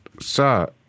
Sir